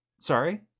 Sorry